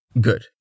Good